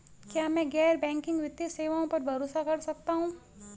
क्या मैं गैर बैंकिंग वित्तीय सेवाओं पर भरोसा कर सकता हूं?